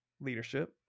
leadership